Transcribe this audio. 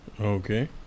Okay